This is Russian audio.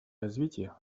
развитие